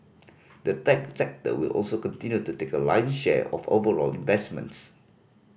the tech sector will also continue to take a lion's share of overall investments